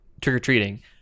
trick-or-treating